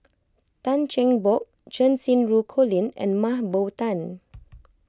Tan Cheng Bock Cheng Xinru Colin and Mah Bow Tan